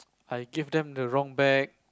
I give them the wrong bag